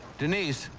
denise,